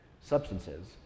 substances